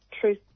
truth